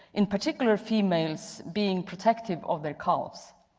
in particular, females being protective of their cause.